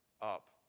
up